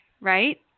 right